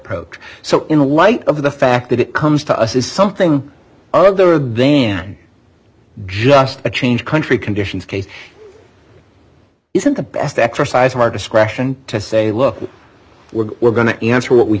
approach so in a light of the fact that it comes to us as something other then just a change country conditions case isn't the best exercise of our discretion to say look we're going to answer what we